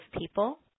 people